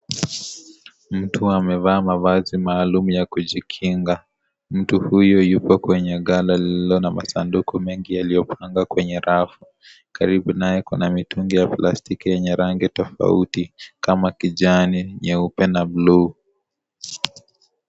Mtu amevaa mavazi maalum ya kujikinga, mtu huyu yuko kwenye gala lililo na masanduku mengi yaliyopangwa kwenye rafu, karibu naye kuna mitungi ya plastiki yenye rangi tofauti kama kijani, nyeupe na buluu.